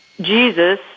Jesus